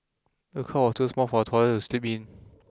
the cot was too small for the toddler to sleep in